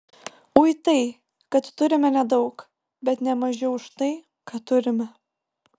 ui tai kad turime nedaug bet ne mažiau už tai ką turime